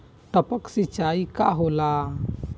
टपक सिंचाई का होला?